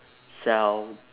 self